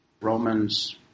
Romans